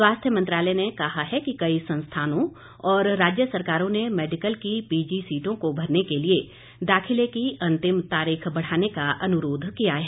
स्वास्थ्य मंत्रालय ने कहा है कि कई संस्थानों और राज्य सरकारों ने मेडिकल की पीजी सीटों को भरने के लिए दाखिले की अंतिम तारीख बढ़ाने का अनुरोध किया है